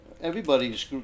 everybody's